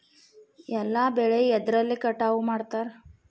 ಎಲ್ಲ ಬೆಳೆ ಎದ್ರಲೆ ಕಟಾವು ಮಾಡ್ತಾರ್?